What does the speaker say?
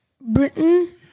Britain